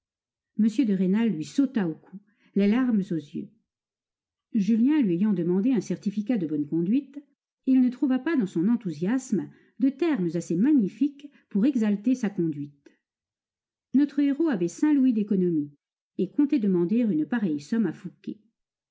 m de rênal lui sauta au cou les larmes aux yeux julien lui ayant demandé un certificat de bonne conduite il ne trouva pas dans son enthousiasme de termes assez magnifiques pour exalter sa conduite notre héros avait cinq louis d'économies et comptait demander une pareille somme à fouqué